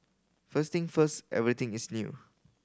first thing first everything is new